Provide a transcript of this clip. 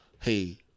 hey